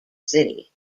city